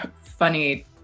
funny